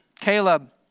Caleb